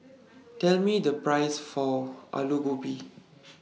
Tell Me The Price For Alu Gobi